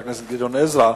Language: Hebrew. תודה לחבר הכנסת גדעון עזרא.